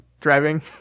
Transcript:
driving